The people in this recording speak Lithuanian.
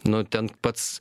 nu ten pats